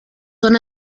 son